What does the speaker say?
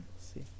See